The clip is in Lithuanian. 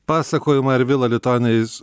pasakojimą ir vila lituanija